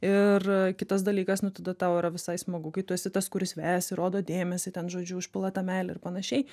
ir kitas dalykas nu tada tau yra visai smagu kai tu esi tas kuris vejasi rodo dėmesį ten žodžiu užpila ta meile ir panašiai